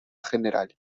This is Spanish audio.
general